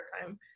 time